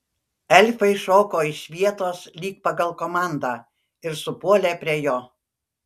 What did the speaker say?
elfai šoko iš vietos lyg pagal komandą ir supuolė prie jo